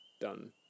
done